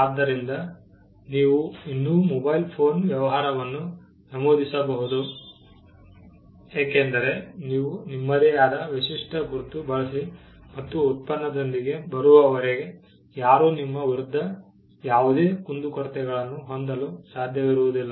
ಆದ್ದರಿಂದ ನೀವು ಇನ್ನೂ ಮೊಬೈಲ್ ಫೋನ್ ವ್ಯವಹಾರವನ್ನು ನಮೂದಿಸಬಹುದು ಏಕೆಂದರೆ ನೀವು ನಿಮ್ಮದೇ ಆದ ವಿಶಿಷ್ಟ ಗುರುತು ಬಳಸಿ ಮತ್ತು ಉತ್ಪನ್ನದೊಂದಿಗೆ ಬರುವವರೆಗೆ ಯಾರೂ ನಿಮ್ಮ ವಿರುದ್ಧ ಯಾವುದೇ ಕುಂದುಕೊರತೆಗಳನ್ನು ಹೊಂದಲು ಸಾಧ್ಯವಿರುವುದಿಲ್ಲ